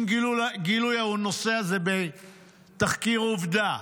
עם גילוי הנושא הזה בתחקיר עובדה?